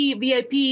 VIP